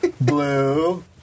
blue